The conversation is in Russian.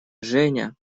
женя